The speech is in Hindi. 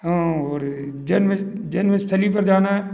हाँ और जन्म जन्म स्थली पर जाना है